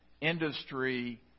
industry